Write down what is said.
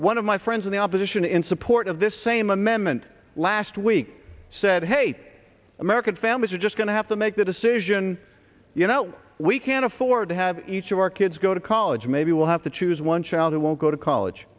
one of my friends in the opposition in support of this same amendment last week said hey american families are just going to have to make the decision you know we can't afford to have each of our kids go to college maybe we'll have to choose one child who won't go to college